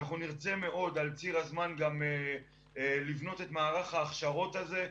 אנחנו מאוד נרצה על ציר הזמן גם לבנות את מערך ההכשרות הזה,